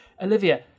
Olivia